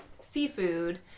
seafood